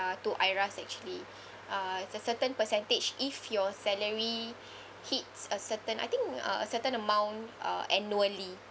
to IRAS actually uh it's a certain percentage if your salary hits a certain I think uh a certain amount uh annually